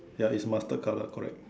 ya it's mustard colour correct